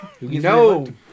No